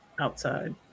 outside